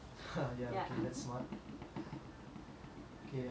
okay uh do you have any questions